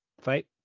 fight